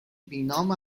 بینام